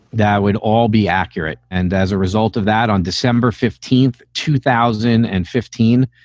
that would all be accurate and as a result of that, on december fifteenth, two thousand and fifteen,